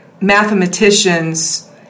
mathematicians